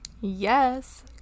Yes